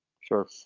Sure